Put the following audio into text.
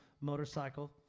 motorcycle